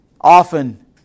Often